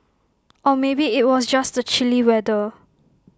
or maybe IT was just the chilly weather